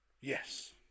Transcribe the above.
Yes